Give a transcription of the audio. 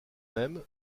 même